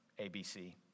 ABC